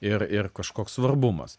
ir ir kažkoks svarbumas